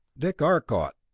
dick arcot,